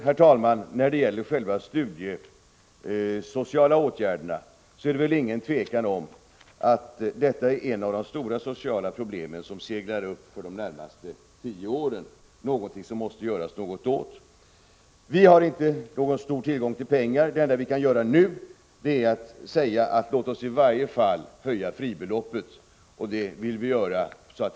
Vad slutligen gäller de studiesociala förhållandena är det väl inget tvivel om att dessa är ett av de stora sociala problem som håller på att segla upp för de närmaste tio åren. Det måste göras något åt detta problem. Vi har inte någon stor tillgång till pengar. Det enda som vi nu kan göra är att föreslå en höjning av fribeloppet, och det vill vi också göra.